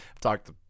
talked